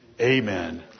Amen